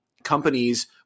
Companies